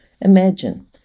imagine